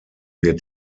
wird